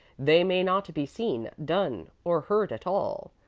they may not be seen, done, or heard at all.